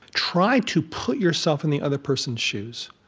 try to put yourself in the other person's shoes.